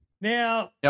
Now